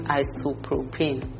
isopropane